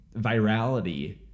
virality